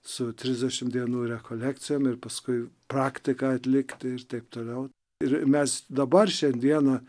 su trisdešimt dienų rekolekcijom ir paskui praktiką atlikti ir taip toliau ir mes dabar šiandieną